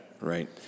Right